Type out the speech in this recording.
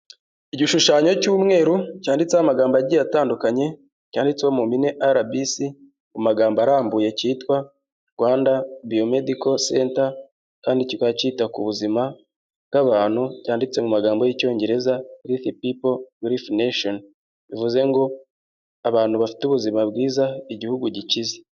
Igishushanyo cy'umweru cyanditseho amagambo agiye atandukanye cyanditseho mu mpine RBC mu magambo arambuye cyitwa Rwanda Biomedical Center, kandi kikaba cyita ku buzima bw'abantu cyanditse mu magambo y'icyongereza kuri helifi pipo welifu nasheni bivuze ngo abantu bafite ubuzima bwiza, igihugu gikize.